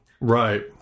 Right